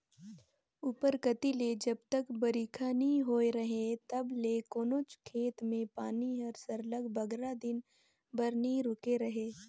उपर कती ले जब तक बरिखा नी होए रहें तब ले कोनोच खेत में पानी हर सरलग बगरा दिन बर नी रूके रहे